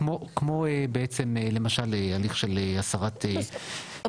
כמו בעצם למשל הליך של הסרת חסינות או לא.